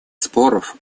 споров